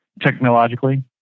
technologically